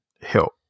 help